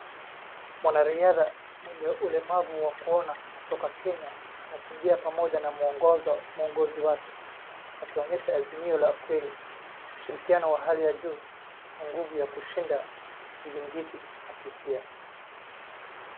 Mwanariadha mwenye ulemavu wakuona kutoka Kenya anakimbia pamoja na mwongozi wake, akionyesha azimio la kweli. Ushirikiano wa hali ya juu na nguvu ya kushinda zingiti kupitia.